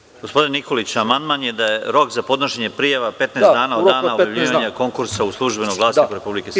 Molim vas, gospodine Nikoliću, amandman je da je rok za podnošenje prijava 15 dana od dana objavljivanja konkursa u „Službenom glasniku RS“